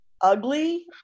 ugly